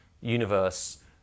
universe